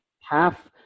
half